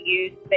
use